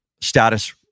status